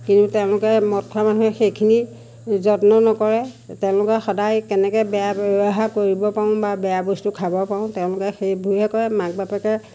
কিন্তু তেওঁলোকে মদ খোৱা মানুহে সেইখিনি যত্ন নকৰে তেওঁলোকে সদায় কেনেকৈ বেয়া ব্যৱহাৰ কৰিব পাৰোঁ বা বেয়া বস্তু খাব পাৰোঁ তেওঁলোকে সেইবোৰহে কৰে মাক বাপেকে